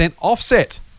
offset